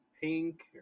pink